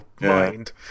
mind